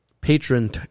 patron